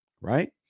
Right